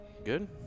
Good